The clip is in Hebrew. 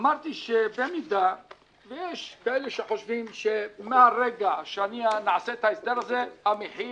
אמרתי שבמידה שיש כאלה שחושבים שמרגע שנעשה את ההסדר הזה המחיר